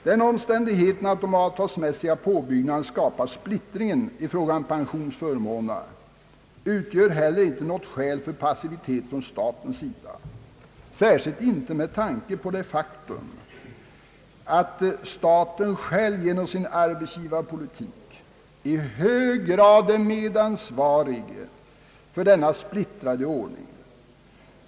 Den omständigheten att de avtalsmässiga påbyggnaderna skapar splittring i fråga om pensionsförmånerna utgör heller inte något skäl för passivitet från statens sida, särskilt inte med tanke på det faktum att staten själv genom sin arbetsgivarpolitik i hög grad är medansvarig för denna splittrade ordning.